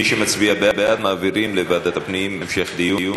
מי שמצביע בעד, מעבירים לוועדת הפנים, המשך דיון.